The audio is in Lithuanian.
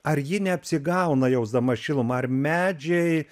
ar ji neapsigauna jausdamas šilumą ar medžiai